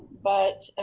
but